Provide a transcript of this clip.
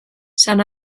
san